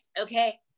Okay